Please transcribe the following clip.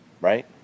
right